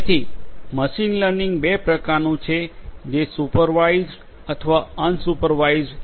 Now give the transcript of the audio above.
તેથી આ machine learning બે પ્રકારનું છે જે સુપરવાઇઝડ અથવા અનસુપરવાઇઝડ છે